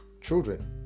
children